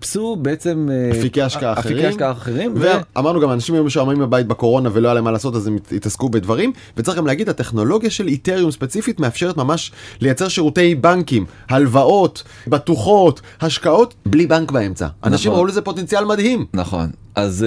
חיפשו, בעצם, אפיקי השקעה אחרים. אפיקי השקעה אחרים. ואמרנו גם האנשים היו משועממים בבית בקורונה ולא היה להם מה לעשות אז הם התעסקו בדברים, וצריך גם להגיד, הטכנולוגיה של אתריום ספציפית מאפשרת ממש, לייצר שירותי בנקים, הלוואות, בטוחות, השקעות. בלי בנק באמצע. נכון. אנשים ראו לזה פוטנציאל מדהים. נכון. אז,